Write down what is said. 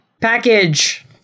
Package